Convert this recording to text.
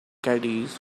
caddies